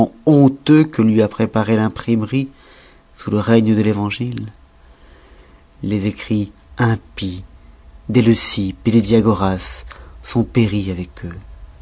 honteux que lui a préparés l'imprimerie sous le règne de l'evangile les écrits impies des leucippe des diagoras sont péris avec eux